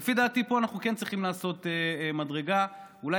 לפי דעתי פה אנחנו כן צריכים לעשות מדרגה ואולי